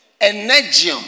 Energy